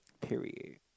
Period